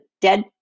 dead